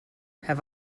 have